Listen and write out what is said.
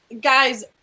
guys